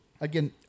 again